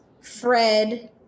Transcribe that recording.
Fred